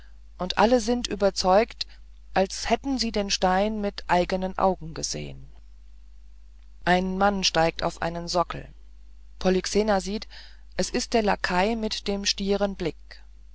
und alle sind überzeugt als hätten sie den stein mit eigenen augen gesehen ein mann steigt auf einen sockel polyxena sieht es ist der lakai mit dem stieren blick